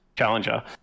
challenger